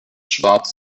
schwarz